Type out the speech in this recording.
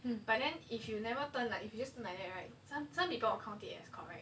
but then if you never turn like if you never turn like that right sometime people are count it as correct